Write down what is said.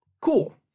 Cool